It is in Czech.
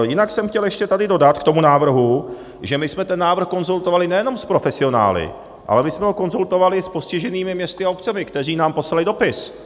Jinak jsem chtěl ještě tady dodat k tomu návrhu, že my jsme ten návrh konzultovali nejenom s profesionály, ale my jsme ho konzultovali s postiženými městy a obcemi, které nám poslaly dopis.